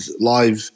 live